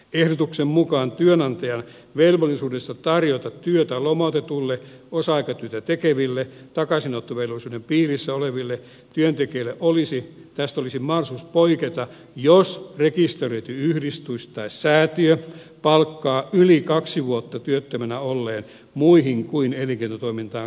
ehdotuksen mukaan työnantajan velvollisuudesta tarjota työtä lomautetuille osa aikatyötä tekeville takaisinottovelvollisuuden piirissä oleville työntekijöille olisi mahdollisuus poiketa jos rekisteröity yhdistys tai säätiö palkkaa yli kaksi vuotta työttömänä olleen muihin kuin elinkeinotoimintaan katsottaviin tehtäviin